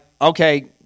okay